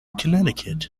connecticut